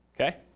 okay